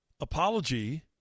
apology